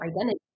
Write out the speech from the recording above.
identity